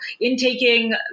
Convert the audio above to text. intaking